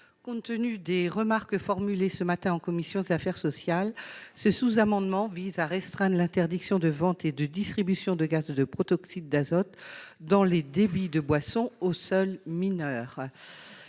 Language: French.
Compte tenu des remarques formulées ce matin en commission des affaires sociales, ce sous-amendement vise à restreindre l'interdiction de vente et de distribution de gaz protoxyde d'azote dans les débits de boissons aux seuls mineurs.